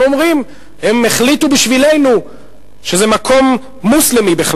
הם החליטו בשבילנו שזה בכלל מקום מוסלמי.